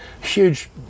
huge